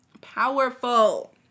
Powerful